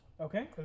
Okay